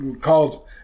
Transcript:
called